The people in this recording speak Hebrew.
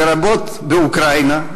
לרבות באוקראינה,